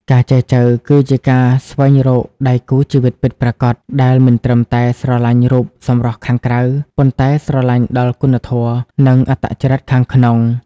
ការចែចូវគឺជាការស្វែងរក "ដៃគូជីវិតពិតប្រាកដ" ដែលមិនត្រឹមតែស្រឡាញ់រូបសម្រស់ខាងក្រៅ ប៉ុន្តែស្រឡាញ់ដល់គុណធម៌ និងអត្តចរិតខាងក្នុង។